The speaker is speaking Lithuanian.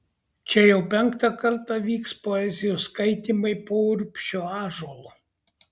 čia jau penktą kartą vyks poezijos skaitymai po urbšio ąžuolu